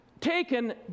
taken